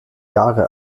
jahre